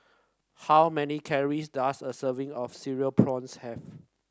how many calories does a serving of Cereal Prawns have